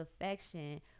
affection